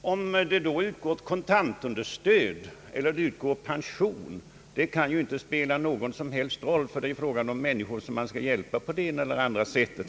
Om det utgår kontantunderstöd eller pension kan inte spela någon som helst roll, ty det är ju här fråga om människor som man skall hjälpa på det ena eller andra sättet.